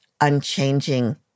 unchanging